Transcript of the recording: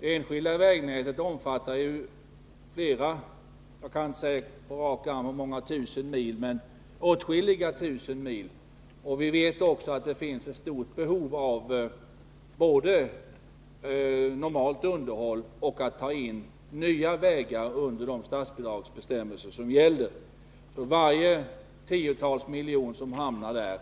Det enskilda vägnätet omfattar åtskilliga tusen mil, och vi vet att det finns ett stort behov av både normalt underhåll och införande av nya vägar under de statsbidragsbestämmelser som gäller. Varje tiotal miljon som hamnar där